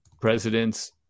presidents